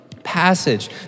Passage